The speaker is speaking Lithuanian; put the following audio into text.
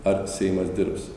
ar seimas dirbs